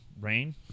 rain